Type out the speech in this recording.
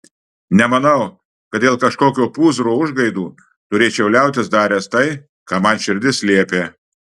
nemanau kad dėl kažkokio pūzro užgaidų turėčiau liautis daręs tai ką man širdis liepia